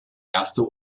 erste